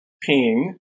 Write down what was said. ping